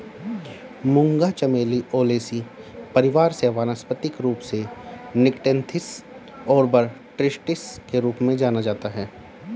मूंगा चमेली ओलेसी परिवार से वानस्पतिक रूप से निक्टेन्थिस आर्बर ट्रिस्टिस के रूप में जाना जाता है